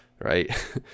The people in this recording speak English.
right